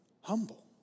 humble